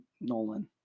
Nolan